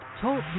Talk